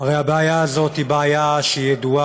הרי הבעיה הזאת היא בעיה ידועה,